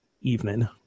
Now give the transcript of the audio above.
evening